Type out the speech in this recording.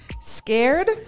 scared